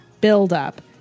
buildup